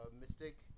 Mystic